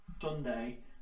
Sunday